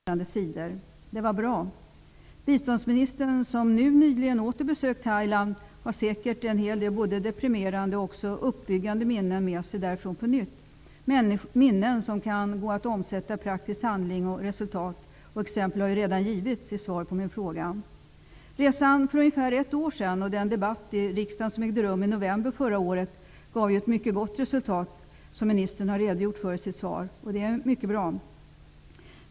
Herr talman! Jag får tacka även för detta svar, som jag tycker var mycket positivt. Biståndsministerns besök i Thailand för cirka ett år sedan väckte stor uppmärksamhet, framför allt med tanke på att ministerns vilja och avsikt med resan var att belysa och lyfta fram barnsexturismens oerhört negativa och människoförnedrande sidor. Det var bra. Biståndsministern, som nyligen åter har besökt Thailand, har säkert en hel del både deprimerande och också uppbyggande minnen med sig därifrån -- minnen som kan omsättas i praktisk handling och resultat. Exempel har redan givits i svaret på min fråga. Resan för ungefär ett år sedan och den debatt som ägde rum i riksdagen i november förra året gav ett mycket gott resultat, som ministern har redogjort för i sitt svar. Det är mycket bra.